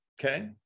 Okay